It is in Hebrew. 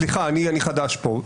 סליחה, אני חדש פה.